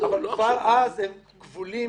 אבל כבר אז הם כבולים